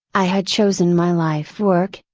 i had chosen my life work,